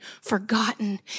forgotten